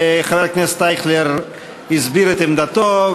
חבר הכנסת אייכלר הסביר את עמדתו,